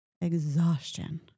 exhaustion